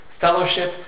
fellowship